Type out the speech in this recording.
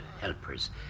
helpers